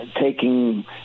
taking